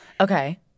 Okay